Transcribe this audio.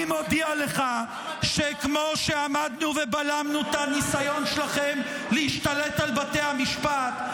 אני מודיע לך שכמו שעמדנו ובלמנו את הניסיון שלכם להשתלט על בתי המשפט,